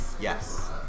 yes